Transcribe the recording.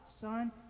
Son